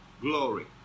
glory